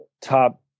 top